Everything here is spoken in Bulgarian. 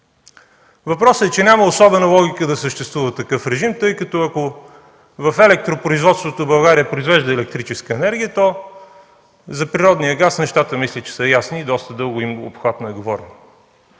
Въпросът е, че няма особена логика да съществува такъв режим, тъй като ако електропроизводството в България произвежда електрическа енергия, то за природния газ нещата мисля, че са ясни и доста дълго и обхватно е говорено.